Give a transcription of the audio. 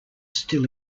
still